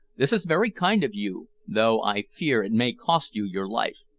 this is very kind of you, though i fear it may cost you your life.